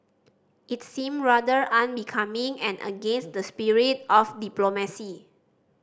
it seemed rather unbecoming and against the spirit of diplomacy